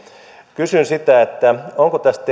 kysyn onko tästä